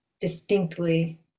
distinctly